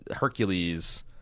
Hercules